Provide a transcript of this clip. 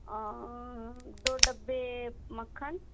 औ दो डब्बे मक्खन